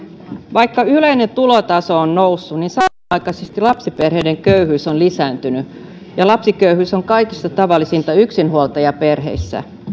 vaikka yleinen tulotaso on noussut niin samanaikaisesti lapsiperheiden köyhyys on lisääntynyt ja lapsiköyhyys on kaikista tavallisinta yksinhuoltajaperheissä